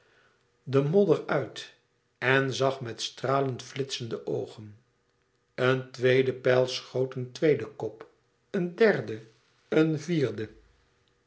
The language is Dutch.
den modder uit en zag met stralend flitsende oogen een tweede pijl schoot een tweeden kop een derde een vierde